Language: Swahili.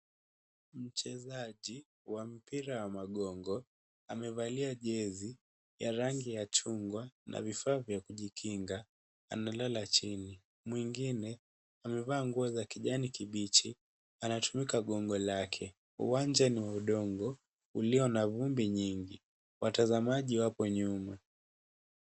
Mchezaji wa mpira wa magongo, amevalia jezi ya rangi ya chungwa na vifaa vya kujikinga analala chini. Mwingine amevaa nguo za kijani kibichi anatumika gongo lake. Uwanja ni wa udongo ulio na vumbi nyingi. Watazamaji wapo nyuma.